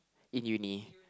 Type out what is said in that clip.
in uni